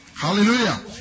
Hallelujah